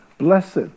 Blessed